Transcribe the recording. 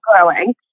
growing